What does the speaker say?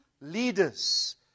leaders